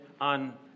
on